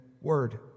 word